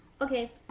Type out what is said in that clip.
Okay